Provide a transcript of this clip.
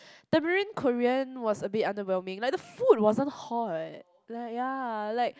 Tamarind Korean was a bit underwhelming like the food wasn't hot like ya like